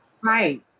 Right